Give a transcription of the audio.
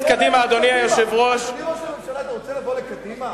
אדוני ראש הממשלה, אתה רוצה לבוא לקדימה?